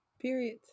Period